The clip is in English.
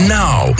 now